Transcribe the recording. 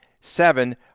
seven